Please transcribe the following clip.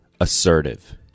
assertive